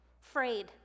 frayed